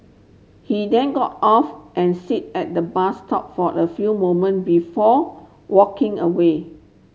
he then got off and sit at the bus stop for a few moment before walking away